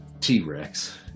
T-Rex